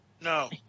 No